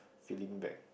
feeling back